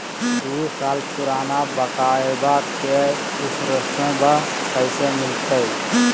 दू साल पुराना बाइकबा के इंसोरेंसबा कैसे मिलते?